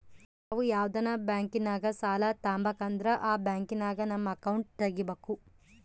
ನಾವು ಯಾವ್ದನ ಬ್ಯಾಂಕಿನಾಗ ಸಾಲ ತಾಬಕಂದ್ರ ಆ ಬ್ಯಾಂಕಿನಾಗ ನಮ್ ಅಕೌಂಟ್ ತಗಿಬಕು